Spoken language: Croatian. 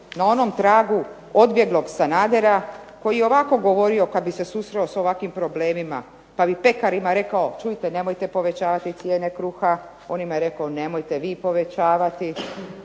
na onom tragu odbjeglog Sanadera koji je ovako govorio kada bi se susreo sa ovakvim problemima, pa bi pekarima rekao, čujte nemojte povećavati cijene kruha, onima je rekao nemojte vi povećavati.